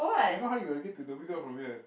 if not how you gonna get to Dhoby-Ghaut from here